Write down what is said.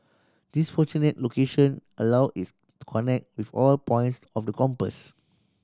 this fortunate location allow its to connect with all points of the compass